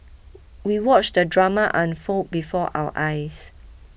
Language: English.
we watched the drama unfold before our eyes